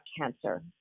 cancer